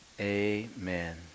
Amen